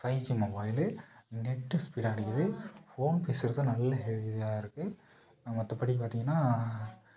five G mobile net ஸ்பீடாக கிடைக்குது phone பேச பேச நல்ல இதாக இருக்கு மற்றப்படி பார்த்திங்கன்னா